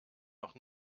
noch